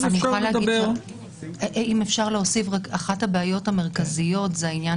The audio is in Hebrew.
אז אפשר לדבר -- אם אפשר להוסיף רק שאחת הבעיות המרכזיות זה העניין